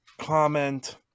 comment